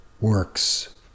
works